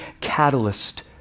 catalyst